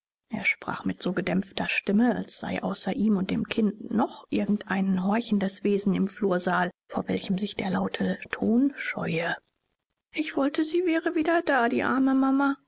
er sprach mit so gedämpfter stimme als sei außer ihm und dem kinde noch irgend ein horchendes wesen im flursaal vor welchem sich der laute ton scheue ich wollte sie wäre wieder da die arme mama